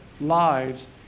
lives